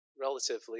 relatively